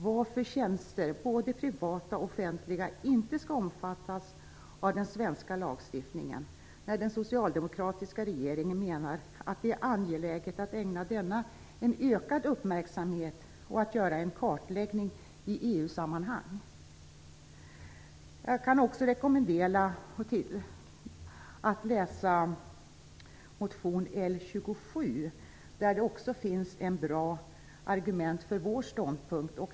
Varför skall inte både privata och offentliga tjänster omfattas av den svenska lagstiftningen när den socialdemokratiska regeringen menar att det är angeläget att ägna detta en ökad uppmärksamhet och att göra en kartläggning i EU sammanhang? Jag kan också rekommendera en läsning av motion L27. Där finns det också bra argument för vår ståndpunkt.